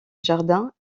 jardin